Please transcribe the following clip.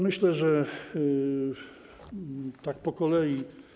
Myślę, że tak po kolei.